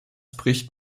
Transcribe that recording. bricht